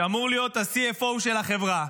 שאמור להיות ה-CFO של החברה,